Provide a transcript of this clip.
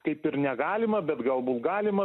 kaip ir negalima bet galbūt galima